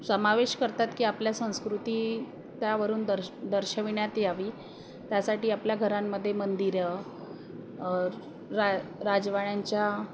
समावेश करतात की आपल्या संस्कृती त्यावरून दर्श दर्शविण्यात यावी त्यासाठी आपल्या घरांमध्ये मंदिरं रा राजवाड्यांच्या